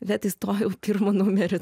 bet įstojau pirmu numeriu